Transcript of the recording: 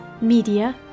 media